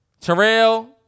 Terrell